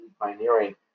pioneering